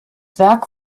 werk